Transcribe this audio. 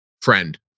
friend